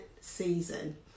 season